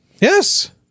Yes